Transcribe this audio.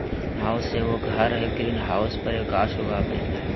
green house एगो घर हइ, ग्रीन हाउस पर गाछ उगाल जा हइ